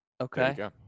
Okay